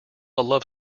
love